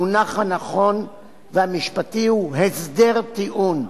המונח הנכון והמשפטי הוא "הסדר טיעון".